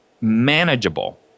manageable